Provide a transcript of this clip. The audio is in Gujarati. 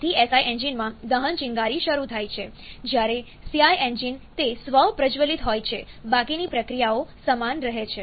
તેથી SI એન્જિનમાં દહન ચિનગારી શરૂ થાય છે જ્યારે CI એન્જિન તે સ્વ પ્રજ્વલિત હોય છે બાકીની પ્રક્રિયાઓ સમાન રહે છે